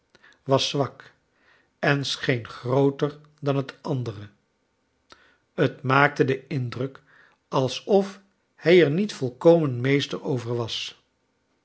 was zwak en scheen grooter dan het andere het niaakte den indruk alsof hij er niet volkomen meester over was